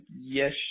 yes